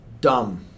Dumb